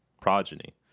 progeny